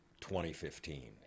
2015